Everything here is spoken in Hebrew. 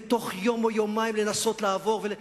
ובתוך יום או יומיים לנסות ולעבור.